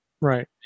right